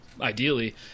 ideally